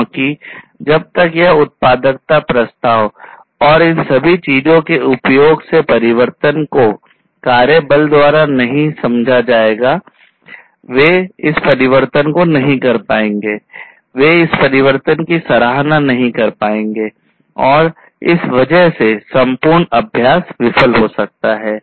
क्योंकि जब तक यह उत्पादकता प्रस्ताव और इन सभी चीजों के उपयोग से परिवर्तन को कार्य बल द्वारा समझा नहीं जाता है वे इस परिवर्तन को नहीं कर पाएंगे वे इस परिवर्तन की सराहना नहीं कर पाएंगे और इस वजह से संपूर्ण अभ्यास विफल हो सकता है